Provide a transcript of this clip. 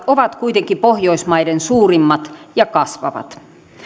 ovat kuitenkin pohjoismaiden suurimmat ja kasvavat